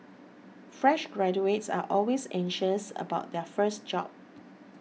fresh graduates are always anxious about their first job